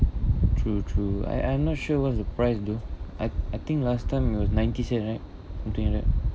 true true I I'm not sure what's the price though I I think last time it was ninety cent right something like that